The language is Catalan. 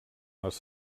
les